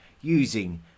using